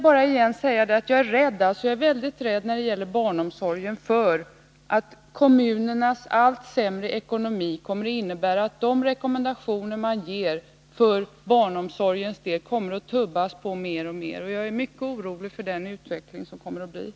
När det gäller barnomsorgen vill jag på nytt framhålla att jag är mycket rädd för att kommunernas allt sämre ekonomi medför att man mer och mer kommer att tubba på de rekommendationer som ges beträffande barnomsorgen. Jag är mycket orolig för den kommande utvecklingen.